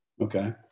Okay